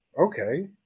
Okay